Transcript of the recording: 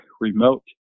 remote